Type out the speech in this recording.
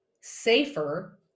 safer